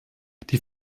die